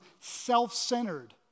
self-centered